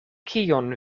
kion